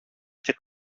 και